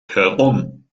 heran